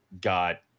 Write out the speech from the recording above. got